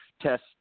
test